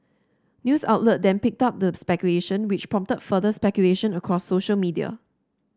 news outlet then picked up the speculation which prompted further speculation across social media